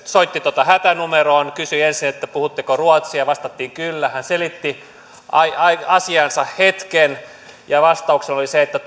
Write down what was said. soitti hätänumeroon kysyi ensin puhutteko ruotsia vastattiin kyllä hän selitti asiaansa hetken ja vastauksena oli se että